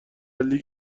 لیگ